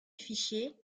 fichiers